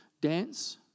dance